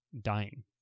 dying